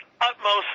utmost